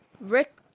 Rick